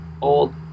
old